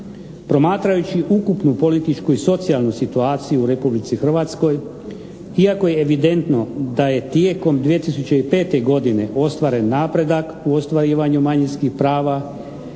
Promatrajući ukupnu političku i socijalnu situaciju u Republici Hrvatskoj iako je evidentno da je tijekom 2005. godine ostvaren napredak u ostvarivanju manjinskih prava,